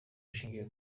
bushingiye